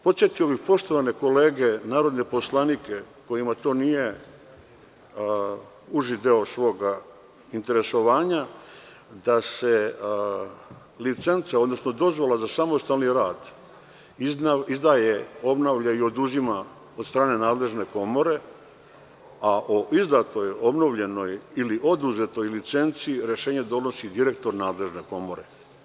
Podsetio bih poštovane kolege narodne poslanike kojima to nije uži deo interesovanja da se licenca, odnosno dozvola za samostalni rad izdaje, obnavlja i oduzima od strane nadležne komore, a o izdatoj, obnovljenoj ili oduzetoj licenci rešenje donosi direktor nadležne komore.